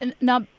Now